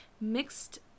Mixed